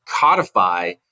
codify